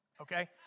okay